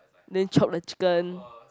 they chop the chicken